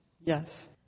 yes